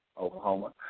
Oklahoma